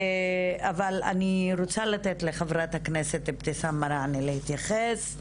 אבל אני רוצה לתת לחברת הכנסת אבתיסאם מראענה להתייחס,